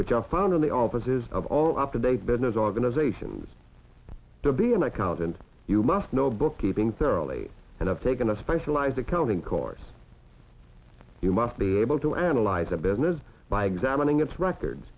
which are found in the offices of all up with a business organizations to be an accountant you must know bookkeeping thoroughly and have taken a specialized accounting course you must be able to analyze a business by examining its records